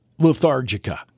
lethargica